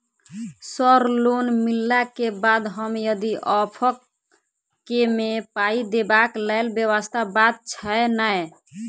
Sir loan मिलला केँ बाद हम यदि ऑफक केँ मे पाई देबाक लैल व्यवस्था बात छैय नै?